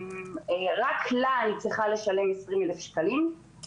רק לה אני צריכה לשלם 20אלף שקלין